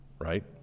right